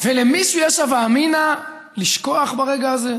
ולמישהו יש הווה אמינא לשכוח ברגע הזה?